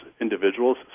individuals